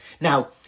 Now